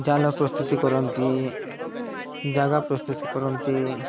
ଜାଲ ପ୍ରସ୍ତୁତି କରନ୍ତି ଜାଗା ପ୍ରସ୍ତୁତି କରନ୍ତି